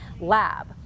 lab